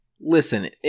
Listen